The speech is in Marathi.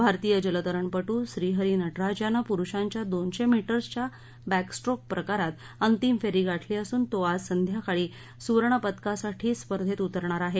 भारतीय जलतरण पट्र श्रीहरी नटराज यानं पुरूषांच्या दोनशे मीटर्सच्या बॅकस्ट्रोक प्रकारात अंतिम फेरी गाठली असून तो आज संध्याकाळी सुवर्णपदकासाठी स्पर्धेत उतरणार आहे